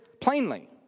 plainly